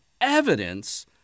evidence